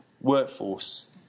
workforce